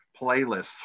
playlists